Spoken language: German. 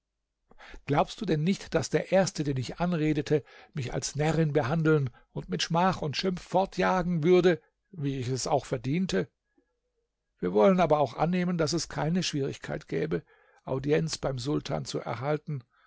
glaubst du denn nicht daß der erste den ich anredete mich als närrin behandeln und mit schmach und schimpf fortjagen würde wie ich es auch verdiente wir wollen aber auch annehmen daß es keine schwierigkeit gäbe audienz bei dem sultan zu erhalten